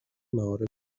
معارف